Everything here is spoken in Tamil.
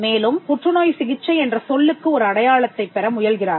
மேலும் புற்றுநோய் சிகிச்சை என்ற சொல்லுக்கு ஒரு அடையாளத்தைப் பெற முயல்கிறார்கள்